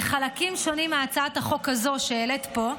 כי חלקים שונים מהצעת החוק הזאת שהעלית פה,